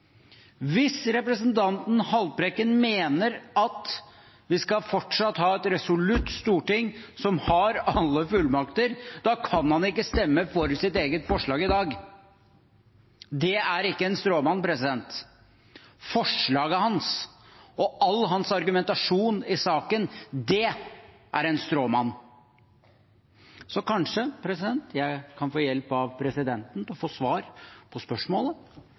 Hvis representanten Haltbrekken mener at vi fortsatt skal ha et resolutt storting som har alle fullmakter, da kan han ikke stemme for sitt eget forslag i dag. Det er ikke en stråmann. Forslaget hans og all hans argumentasjon i saken, det er en stråmann. Så kanskje jeg kan få hjelp av presidenten til å få svar på spørsmålet